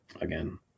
again